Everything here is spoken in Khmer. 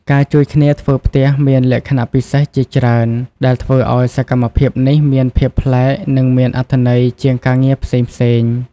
ការជួយគ្នាធ្វើផ្ទះមានលក្ខណៈពិសេសជាច្រើនដែលធ្វើឱ្យសកម្មភាពនេះមានភាពប្លែកនិងមានអត្ថន័យជាងការងារផ្សេងៗ។